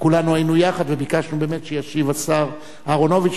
כולנו היינו יחד וביקשנו באמת שישיב השר אהרונוביץ,